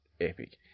epic